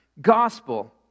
gospel